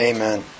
Amen